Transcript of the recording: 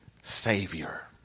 savior